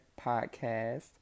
podcast